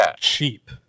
cheap